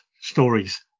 stories